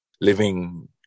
living